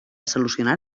solucionar